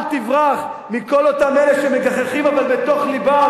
אל תברח מכל אותם אלה שמגחכים אבל בתוך לבם